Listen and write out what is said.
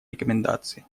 рекомендации